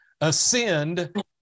ascend